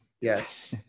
yes